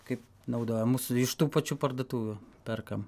kaip naudoja mūsų iš tų pačių parduotuvių perkam